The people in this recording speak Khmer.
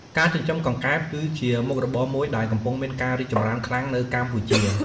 ការចិញ្ចឹមកង្កែប គឺជាមុខរបរមួយដែលកំពុងមានការរីកចម្រើនខ្លាំងនៅកម្ពុជា។